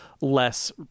less